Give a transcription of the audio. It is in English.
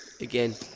Again